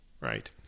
right